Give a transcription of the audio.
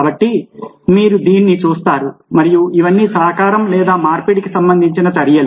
కాబట్టి మీరు దీన్ని చూస్తారు మరియు ఇవన్నీ సహకారం లేదా మార్పిడికి సంబంధించిన చర్యలు